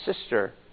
sister